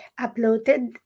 uploaded